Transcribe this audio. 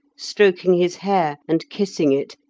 stroking his hair and kissing it,